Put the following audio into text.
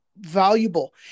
valuable